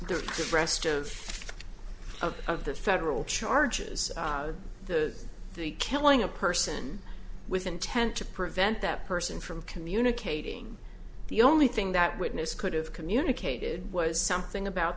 the rest of of of the federal charges the the killing a person with intent to prevent that person from communicating the only thing that witness could have communicated was something about